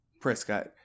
Prescott